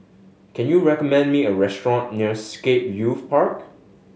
can you recommend me a restaurant near Scape Youth Park